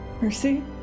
Mercy